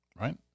right